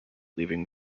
leaving